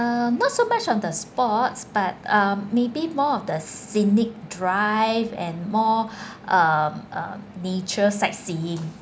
uh not so much of the sports but um maybe more of the scenic drive and more uh uh nature sightseeing